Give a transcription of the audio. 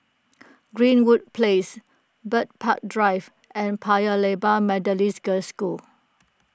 Greenwood Place Bird Park Drive and Paya Lebar Methodist Girls' School